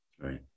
Right